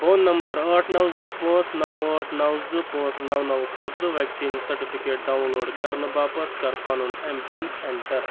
phone number ٲٹھ نَو زٕ پانٛژھ نَو ٲٹھ نَو زٕ پانٛژھ نَو نَو خٲطرٕ ویٚکسیٖن سیٹفکیٹ ڈاوُن لوڈ کَرنہٕ باپتھ کَر پَنُن ایم پِن اینٹر